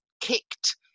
kicked